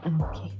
Okay